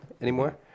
anymore